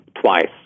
twice